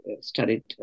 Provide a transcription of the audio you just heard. studied